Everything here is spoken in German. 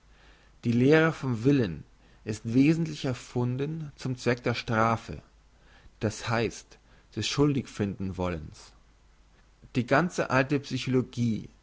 die lehre vom willen ist wesentlich erfunden zum zweck der strafe das heisst des schuldig finden wollens die ganze alte psychologie